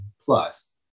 plus